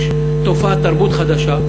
יש תופעת תרבות חדשה,